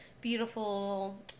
beautiful